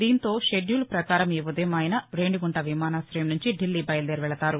దీంతో షెడ్యూల్ ప్రకారం ఈఉదయం ఆయన రేణిగుంట విమానాతయం నుంచి ఢిల్లీ బయలుదేరి వెళ్తారు